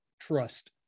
trust